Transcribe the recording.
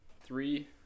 Three